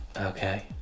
Okay